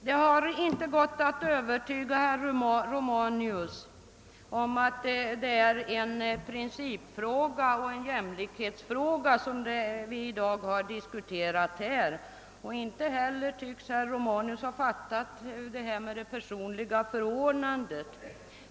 Herr talman! Det har inte gått att övertyga herr Romanus om att det är en principfråga och en jämlikhetsfråga som vi i dag diskuterar. Inte heller tycks herr Romanus ha fattat detta med det personliga förordnandet.